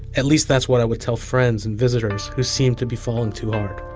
at least, that's what i would tell friends and visitors who seemed to be falling too hard.